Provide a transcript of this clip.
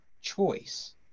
choice